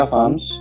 Farms